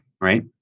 right